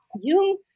Jung